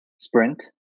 sprint